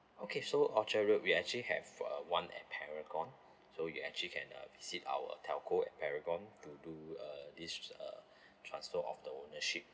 okay so orchard road we actually have uh one at paragon so you actually can uh visit our telco at paragon to do uh this uh transfer of the ownership